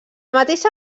mateixa